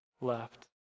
left